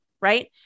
Right